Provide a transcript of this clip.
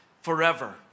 forever